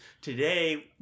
today